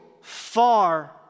far